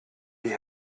die